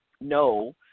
no